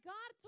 God